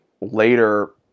later